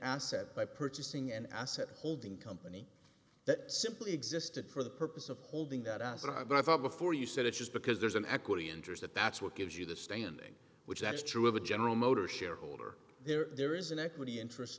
asset by purchasing an asset holding company that simply existed for the purpose of holding that on but i thought before you said it's just because there's an equity interest that that's what gives you the standing which acts true of a general motors shareholder there is an equity interest